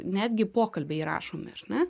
netgi pokalbiai įrašomi ar ne